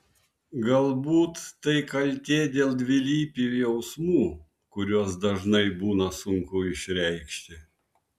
galbūt tai kaltė dėl dvilypių jausmų kuriuos dažnai būna sunku išreikšti